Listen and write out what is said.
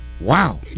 Wow